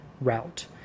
route